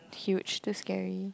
huge the scary